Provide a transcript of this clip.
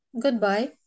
Goodbye